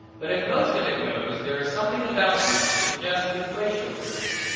but if most of it goes there is something about you that suggests the glacial period,